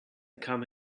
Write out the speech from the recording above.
come